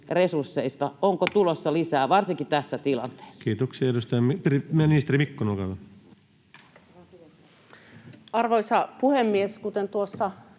resursseista: onko tulossa lisää, varsinkin tässä tilanteessa? Kiitoksia. — Ministeri Mikkonen, olkaa hyvä. Arvoisa puhemies! Kuten tuossa